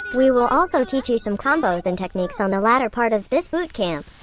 we will also teach you some combos and techniques on the latter part of this boot camp.